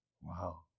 wow